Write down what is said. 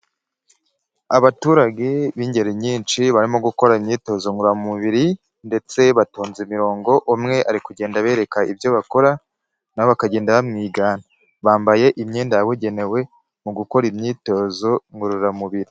Abaturage b'ingeri nyinshi barimo gukora imyitozo ngororamubiri ndetse batonze imirongo, umwe ari kugenda bereka ibyo bakora nabo bakagenda bamwigana, bambaye imyenda yabugenewe mu gukora imyitozo ngororamubiri.